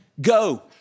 go